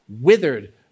withered